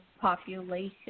population